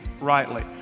rightly